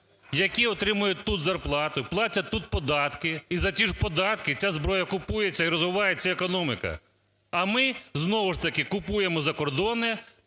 які отримують тут зарплату, платять тут податки і за ті ж податки ця зброя купується і розвивається економіка. А ми знову ж таки купуємо закордонне,